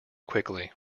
quickly